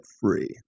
free